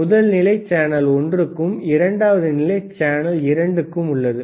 முதல் நிலை சேனல் ஒன்றுக்கும் இரண்டாவது நிலை சேனல் இரண்டுக்கும் உள்ளது